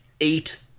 eight